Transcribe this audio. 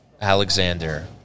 Alexander